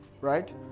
Right